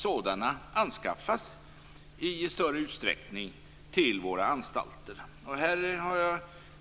Sådana måste i större utsträckning anskaffas till våra anstalter.